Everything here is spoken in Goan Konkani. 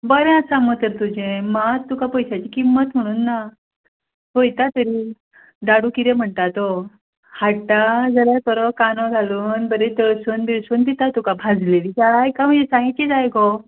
बरें आसा मुगो तर तुजें मात तुका पयशांची किंमत म्हणून ना पळयता तरी दारू किदें म्हणटा तो हाडटा जाल्यार बरो कानो घालून बरें तळसून बिळसून दिता तुका भाजलेली जाय का मिरसांगेची जाय गो